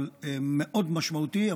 אבל משמעותי מאוד,